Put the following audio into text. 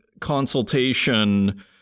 consultation